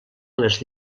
les